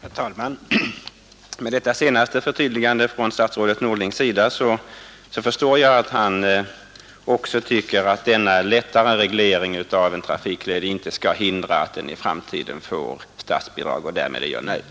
Herr talman! Av detta senaste förtydligande av statsrådet Norling förstår jag att han också tycker att denna lättare reglering av en trafikled inte skall hindra att den i framtiden får statsbidrag, och därmed är jag nöjd.